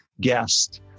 guest